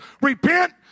Repent